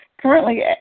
Currently